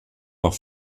auch